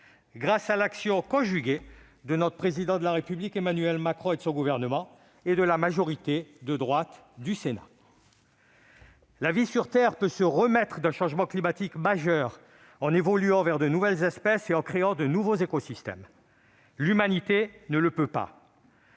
grâce à l'action conjuguée du Président de la République et de son gouvernement et de la majorité de droite du Sénat. « La vie sur terre peut se remettre d'un changement climatique majeur en évoluant vers de nouvelles espèces et en créant de nouveaux écosystèmes. L'humanité ne le peut pas.